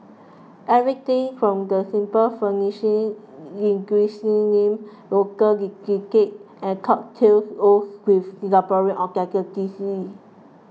everything from the simple furnishing linguistic name local delicacies and cocktails oozes with Singaporean authenticity